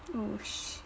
oh sh~